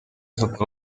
sotto